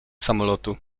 samolotu